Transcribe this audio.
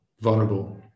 vulnerable